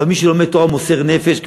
אבל מי שלומד תורה מוסר נפש,